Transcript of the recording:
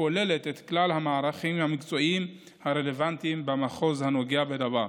הכוללת את כלל המערכים המקצועיים הרלוונטיים במחוז הנוגע לדבר.